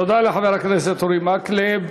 תודה לחבר הכנסת אורי מקלב.